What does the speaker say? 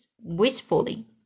wistfully